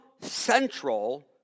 central